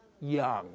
young